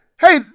Hey